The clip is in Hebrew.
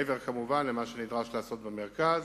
כמובן, מעבר למה שנדרש לעשות במרכז,